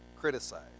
criticize